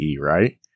right